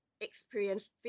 experienced